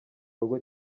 rugo